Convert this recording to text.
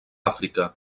àfrica